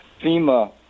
FEMA